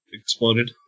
exploded